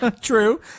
True